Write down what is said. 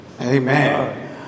Amen